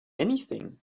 anything